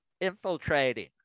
infiltrating